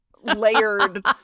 layered